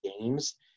games